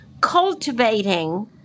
cultivating